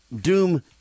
doom